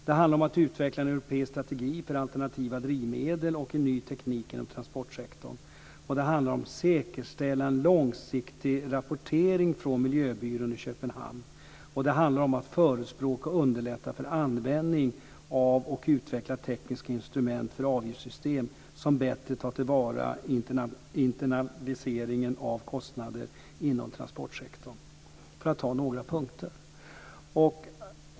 Det handlar om att utveckla en europeisk strategi för alternativa drivmedel och en ny teknik inom transportsektorn. Det handlar om att säkerställa en långsiktig rapportering från miljöbyrån i Köpenhamn. Det handlar om att förespråka och underlätta för användning och utveckling av tekniska instrument för avgiftssystem som bättre tar till vara internaliseringen av kostnader inom transportsektorn, för att ta några punkter.